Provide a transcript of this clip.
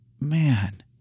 man